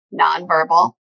nonverbal